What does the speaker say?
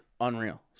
unreal